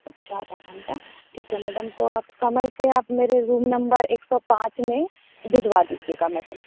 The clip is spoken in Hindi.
अच्छा आधा घंटा ठीक है मैडम तो आप समय से आप मेरे रूम नंबर एक सौ पाँच में भिजवा दीजिएगा मैडम